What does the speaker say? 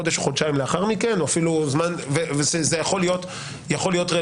חודש-חודשיים לאחר מכן וזה יכול להיות רלוונטי,